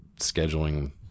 scheduling